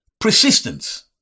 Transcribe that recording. persistence